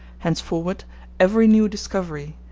henceforward every new discovery,